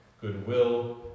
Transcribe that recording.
goodwill